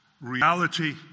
reality